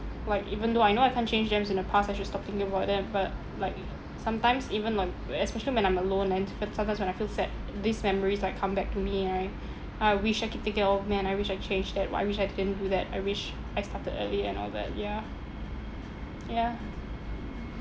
like even though I know I can't change them in the past I should stop thinking about them but like sometimes even like especially when I'm alone and even sometimes when I feel sad these memories like come back to me right I wish I can take it off man I wish I'd changed that oh I wish I didn't do that I wish I started early and all that yeah yeah